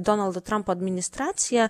donaldo trampo administracija